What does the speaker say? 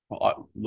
Look